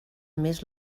més